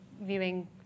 viewing